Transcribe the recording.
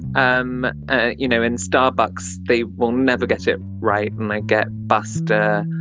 um ah you know in starbucks they will never get it right, and i get! buster!